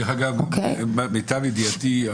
למיטב ידיעתי,